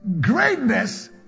greatness